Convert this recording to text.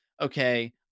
Okay